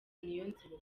niyonzima